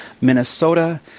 Minnesota